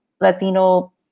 Latino